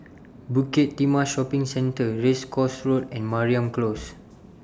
Bukit Timah Shopping Centre Race Course Road and Mariam Close